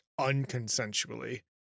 unconsensually